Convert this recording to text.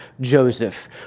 Joseph